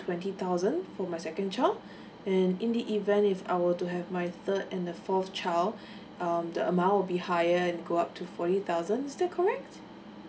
twenty thousand for my second child and in the event if I were to have my third and the fourth child um the amount would be higher and go up for forty thousand is that correct